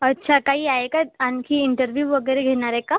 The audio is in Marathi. अच्छा काही आहे का आणखी इंटरव्यू वगैरे घेणारे का